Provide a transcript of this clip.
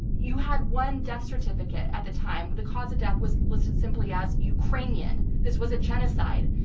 you had one death certificate at the time where the cause of death was listed simply as ukrainian. this was a genocide.